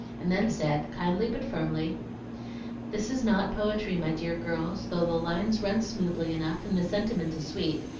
and then said, kindly but firmly this is not poetry, my dear girls, though the lines run smoothly enough, and the sentiment is sweet.